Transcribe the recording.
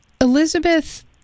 Elizabeth